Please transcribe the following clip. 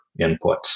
inputs